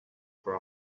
for